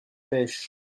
pêchent